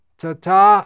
tata